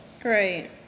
great